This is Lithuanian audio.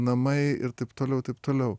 namai ir taip toliau taip toliau